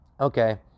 Okay